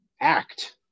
act